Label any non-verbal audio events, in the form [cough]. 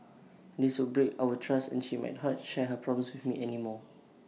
this would break our trust and she might [unintelligible] not share her problems anymore